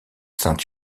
saint